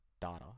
data